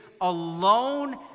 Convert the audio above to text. alone